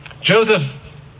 Joseph